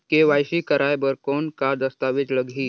KYC कराय बर कौन का दस्तावेज लगही?